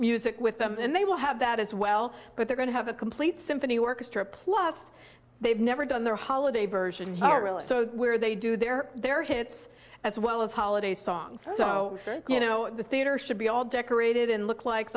music with them and they will have that as well but they're going to have a complete symphony orchestra plus they've never done their holiday version so where they do their their hits as well as holiday songs so you know the theater should be all decorated and look like